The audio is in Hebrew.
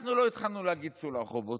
אנחנו לא התחלנו להגיד: צאו לרחובות.